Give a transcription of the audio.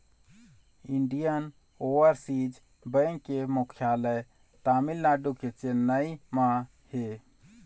Indian overseas bank के मुख्यालय तमिलनाडु के चेन्नई म हे